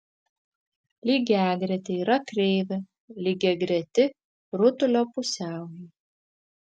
lygiagretė yra kreivė lygiagreti rutulio pusiaujui